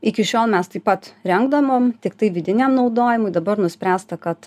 iki šiol mes taip pat rengdavom tiktai vidiniam naudojimui dabar nuspręsta kad